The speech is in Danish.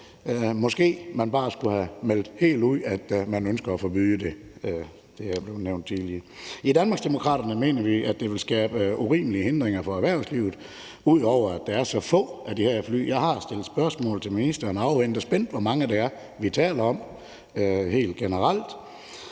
skulle man bare helt have meldt ud, at man ønsker at forbyde det. Det er blevet nævnt tidligere. I Danmarksdemokraterne mener vi, at det vil skabe urimelige hindringer for erhvervslivet, og at der er så få af de her fly. Jeg har stillet spørgsmål til ministeren og afventer spændt, hvor mange det er, vi taler om helt generelt.